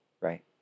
right